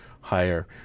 higher